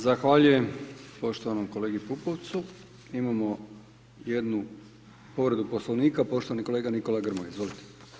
Zahvaljujem poštovanom kolegici Pupovcu, imamo jednu povredu poslovnika, poštovani kolega Nikola Grmoja, izvolite.